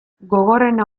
gogorrena